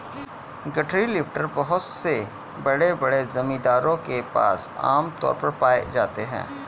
गठरी लिफ्टर बहुत से बड़े बड़े जमींदारों के पास आम तौर पर पाए जाते है